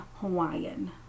Hawaiian